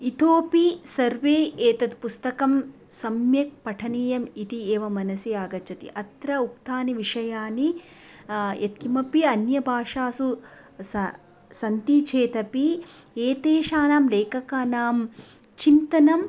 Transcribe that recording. इतोऽपि सर्वे एतद् पुस्तकं सम्यक् पठनीयम् इति एव मनसि आगच्छति अत्र उक्तानि विषयाणि यत् किमपि अन्यभाषासु स सन्ति चेतपि एतेषानां लेखकानां चिन्तनम्